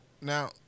now